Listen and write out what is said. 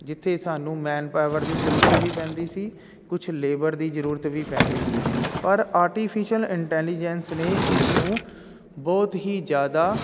ਜਿੱਥੇ ਸਾਨੂੰ ਮੈਨਪਾਵਰ ਦੀ ਜ਼ਰੂਰਤ ਵੀ ਪੈਂਦੀ ਸੀ ਕੁਝ ਲੇਬਰ ਦੀ ਜ਼ਰੂਰਤ ਵੀ ਪੈਂਦੀ ਸੀ ਪਰ ਆਰਟੀਫਿਸ਼ਅਲ ਇੰਟੈਲੀਜੈਂਸ ਨੇ ਇਸ ਨੂੰ ਬਹੁਤ ਹੀ ਜ਼ਿਆਦਾ